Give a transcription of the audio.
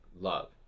love